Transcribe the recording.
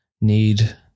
need